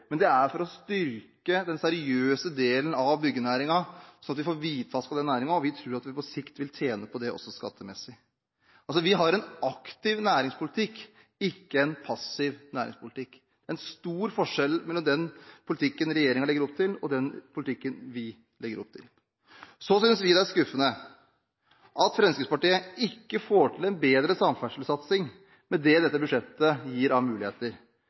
men det er for å styrke den seriøse delen av byggenæringen, sånn at vi får hvitvasket den næringen. Vi tror at vi på sikt vil tjene på det også skattemessig. Vi har en aktiv næringspolitikk, ikke en passiv næringspolitikk – en stor forskjell mellom den politikken regjeringen legger opp til, og den politikken vi legger opp til. Så synes vi det er skuffende at Fremskrittspartiet ikke får til en bedre samferdselssatsing med det dette budsjettet gir av muligheter.